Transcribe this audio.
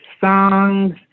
songs